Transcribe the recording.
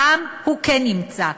הפעם הוא כן ימצא,